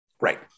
right